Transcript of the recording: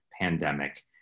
pandemic